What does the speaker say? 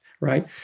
Right